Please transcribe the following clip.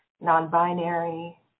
non-binary